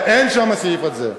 ואין שם את הסעיף הזה.